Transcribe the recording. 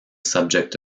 subject